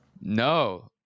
No